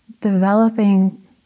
Developing